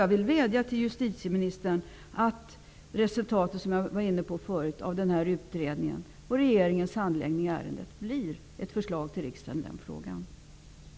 Jag vädjar till justitieministern att resultatet av den utredning som jag tidigare nämnde och regeringens handläggning i ärendet leder till att ett förslag i frågan läggs på riksdagens bord.